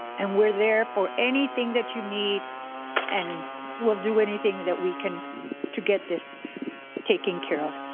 and we're there for anything that you need and we'll do anything that we can to get this taken care of.